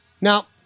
Now